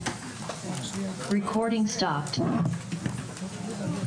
הישיבה ננעלה בשעה 12:24.